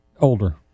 older